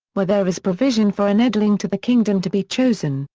where there is provision for an edling to the kingdom to be chosen,